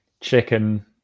chicken